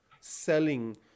selling